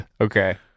Okay